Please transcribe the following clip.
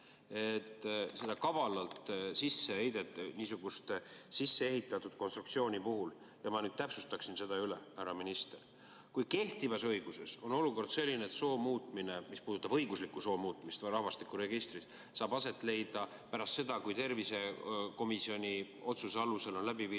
on väga lihtne. Seesuguse sisseehitatud konstruktsiooni puhul ma nüüd täpsustan üle. Härra minister! Kui kehtivas õiguses on olukord selline, et soo muutmine, mis puudutab õiguslikku soo muutmist rahvastikuregistris, saab aset leida pärast seda, kui tervisekomisjoni otsuse alusel on läbi viidud